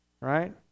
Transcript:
Right